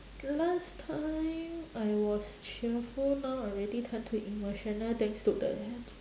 last time I was cheerful now I already turn to emotional thanks to the